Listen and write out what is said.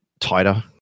tighter